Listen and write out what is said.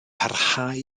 parhau